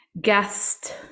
guest